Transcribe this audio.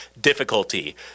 difficulty